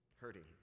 hurting